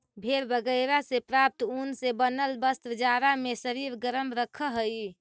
भेड़ बगैरह से प्राप्त ऊन से बनल वस्त्र जाड़ा में शरीर गरम रखऽ हई